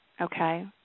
Okay